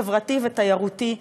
חברתי ותיירותי,